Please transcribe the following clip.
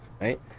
right